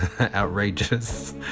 outrageous